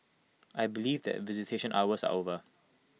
I believe that visitation hours are over